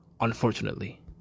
unfortunately